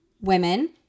women